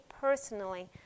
personally